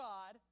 God